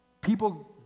People